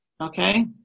Okay